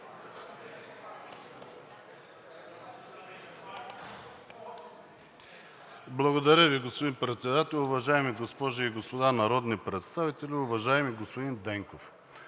Благодаря Ви, господин Председател. Уважаеми госпожи и господа народни представители! Уважаеми господин Денков,